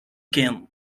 kent